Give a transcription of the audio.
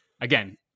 again